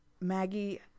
Maggie